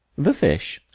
the fish,